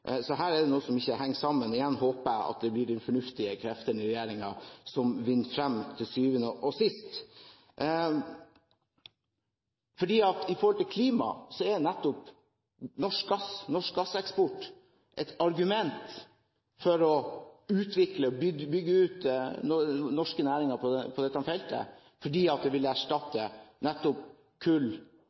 her er det noe som ikke henger sammen. Igjen håper jeg at det blir de fornuftige kreftene i regjeringen som vinner frem til syvende og sist. Når det gjelder klima, er nettopp norsk gasseksport et argument for å utvikle og bygge ut norske næringer på dette feltet, fordi det vil erstatte kull